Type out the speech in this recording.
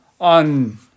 on